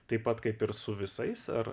taip pat kaip ir su visais ar